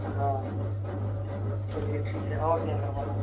हाँ चलिए ठीक है और क्या करवाना है